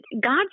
God